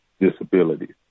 disabilities